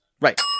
Right